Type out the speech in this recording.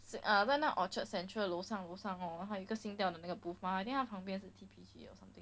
err 在那个 orchard central 楼上楼上 hor 他有一个 singtel 的那个 booth mah then 她旁边是 T_P_G or something like that